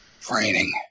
Training